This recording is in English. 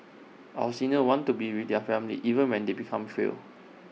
our seniors want to be with their family even when they become fail